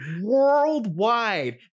Worldwide